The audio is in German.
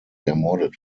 ermordet